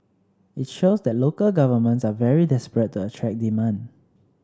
it shows that local governments are very desperate to attract demand